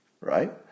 right